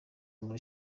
muri